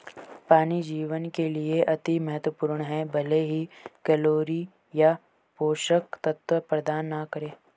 पानी जीवन के लिए अति महत्वपूर्ण है भले ही कैलोरी या पोषक तत्व प्रदान न करे